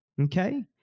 okay